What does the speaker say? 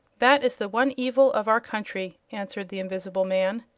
that is the one evil of our country, answered the invisible man.